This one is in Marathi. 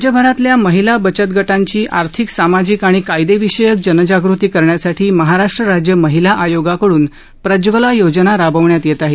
राज्यभरातील महिला बचत गटांची आर्थिकसामाजिक आणि कायदेविषयक जनजाग़ती करण्यासाठी महाराष्ट्र राज्य महिला आयोगाकड्नप्रज्वला योजना राबविण्यात येत आहे